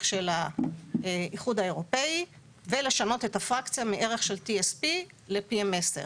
של האיחוד האירופאי ולשנות את הפרקציה מערך של TSP ל-PM10.